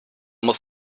muss